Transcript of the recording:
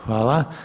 Hvala.